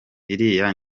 iriya